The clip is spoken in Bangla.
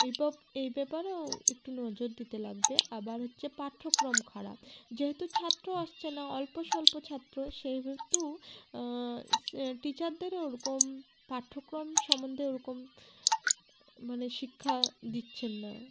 এই এই ব্যাপারেও একটু নজর দিতে লাগবে আবার হচ্ছে পাঠ্যক্রম খারাপ যেহেতু ছাত্র আসছে না অল্পস্বল্প ছাত্র সেহেতু টিচারদেরও ওরকম পাঠ্যক্রম সম্বন্ধে ওরকম মানে শিক্ষা দিচ্ছেন না